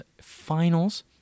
Finals